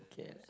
okay